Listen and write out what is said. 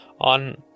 on